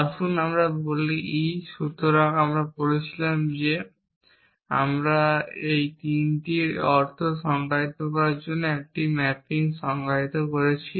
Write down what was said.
আসুন আমরা বলি e সুতরাং আমরা বলেছিলাম যে আমরা এই 3টির অর্থ সংজ্ঞায়িত করার জন্য একটি ম্যাপিং সংজ্ঞায়িত করেছি